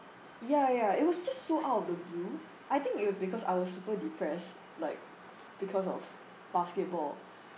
ya ya it was just so out of the blue I think it was because I was super depressed like because of basketball